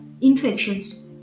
infections